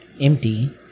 empty